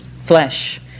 flesh